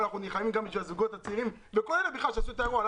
אבל אנחנו נלחמים גם בשביל הזוגות הצעירים וכל אלה שעשו אירועים,